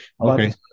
Okay